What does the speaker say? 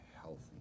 healthy